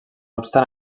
obstant